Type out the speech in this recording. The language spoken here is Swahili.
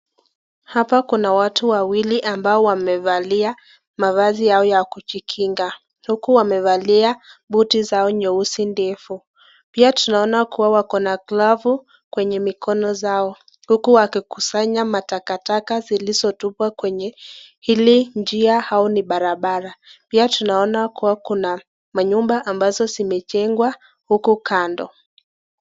Hapa kuna watu wawili ambao wamevalia mavazi yao ya kujikinga. Huku wamevalia Buti zao nyeusi ndefu. Pia tunaona kuwa wako na glavu kwenye mikono zao. Huku wakikusanya matakataka zilizotupwa kwenye hili njia au ni barabara. Pia tunaona kuwa kuna manyumba ambazo zimejengwa huku kando.